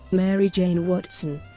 mary jane watson,